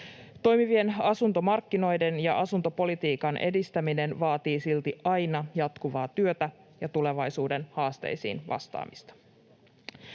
Toimivien asuntomarkkinoiden ja asuntopolitiikan edistäminen vaatii silti aina jatkuvaa työtä ja tulevaisuuden haasteisiin vastaamista.